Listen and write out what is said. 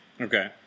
Okay